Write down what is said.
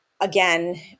again